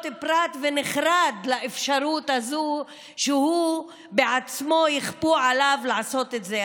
הפרט ונחרד מהאפשרות הזאת שיכפו עליו עצמו לעשות את זה.